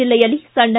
ಜಿಲ್ಲೆಯಲ್ಲಿ ಸಣ್ಣ